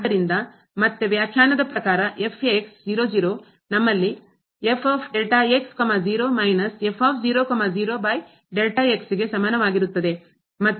ಆದ್ದರಿಂದ ಮತ್ತೆ ವ್ಯಾಖ್ಯಾನದ ಪ್ರಕಾರ ನಮ್ಮಲ್ಲಿ ಗೆ ಸಮನಾಗಿರುತ್ತದೆ ಮತ್ತು 0 ಗೆ ಹೋಗುತ್ತದೆ